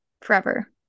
forever